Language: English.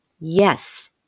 yes